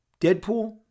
Deadpool